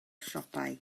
siopau